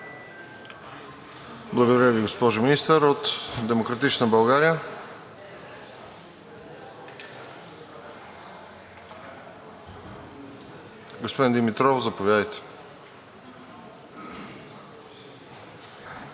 Благодаря Ви, госпожо Министър. От „Демократична България“ – господин Димитров, заповядайте.